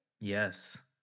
yes